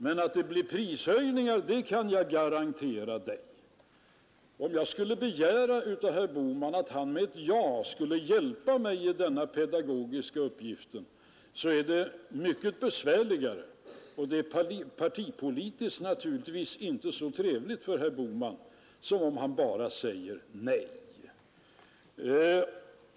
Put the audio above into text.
Men att det blir prishöjningar kan jag garantera dig.” Om jag skulle begära att herr Bohman med ett ja hjälpte mig i min pedagogiska uppgift skulle det blir mycket besvärligare och partipolitiskt naturligtvis inte så trevligt för herr Bohman som om han bara säger nej.